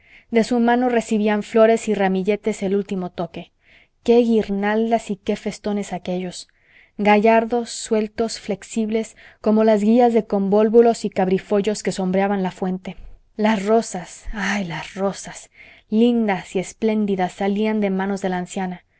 de su mano recibían flores y ramilletes el último toque qué guirnaldas y qué festones aquellos gallardos sueltos flexibles como las guías de convólvulos y cabrifollos que sombreaban la fuente las rosas ah las rosas lindas y espléndidas salían de manos de la anciana